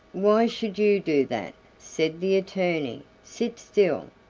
why should you do that? said the attorney sit still,